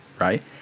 Right